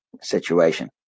situation